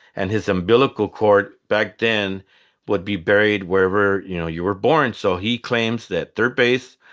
and his umbilical cord back then would be buried wherever you know you were born. so he claims that third base,